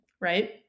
right